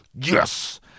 yes